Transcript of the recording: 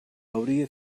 hauria